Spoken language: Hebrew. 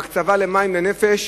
ההקצבה למים לנפש